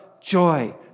joy